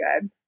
good